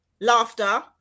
laughter